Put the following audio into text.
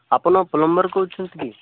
ଆପଣ ପ୍ଲମ୍ବର କହୁଛନ୍ତି କି